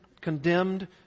condemned